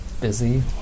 busy